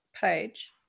page